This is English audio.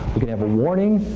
you can have a warning.